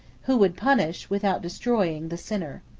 who would punish, without destroying, the sinner.